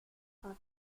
cinq